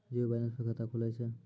Zero balance पर खाता खुले छै?